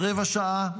רבע שעה,